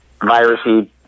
virusy